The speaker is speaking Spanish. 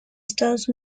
estados